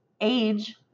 age